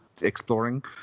exploring